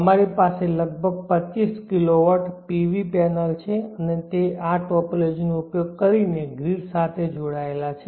અમારી પાસે લગભગ 25 kW PV પેનલ છે અને તે આ જ ટોપોલોજીનો ઉપયોગ કરીને ગ્રીડ સાથે જોડાયેલા છે